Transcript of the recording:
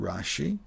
Rashi